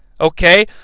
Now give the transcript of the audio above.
okay